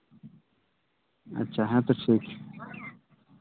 ᱟᱪᱪᱷᱟ ᱦᱮᱸ ᱛᱚ ᱴᱷᱤᱠ